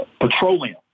petroleum